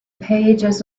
pages